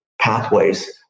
pathways